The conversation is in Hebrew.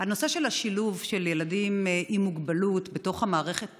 הנושא של שילוב ילדים עם מוגבלות בתוך המערכת